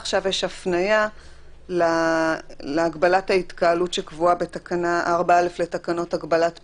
עכשיו יש הפניה להגבלת ההתקהלות שקבועה בתקנה 4(א) לתקנות הגבלת פעילות.